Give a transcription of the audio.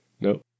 Nope